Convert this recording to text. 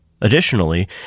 Additionally